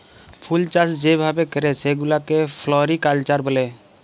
ফুলচাষ যে ভাবে ক্যরে সেগুলাকে ফ্লরিকালচার ব্যলে